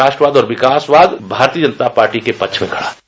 राष्ट्रवाद और विकासवाद भारतीय जनता पार्टी के पक्ष में खड़ा है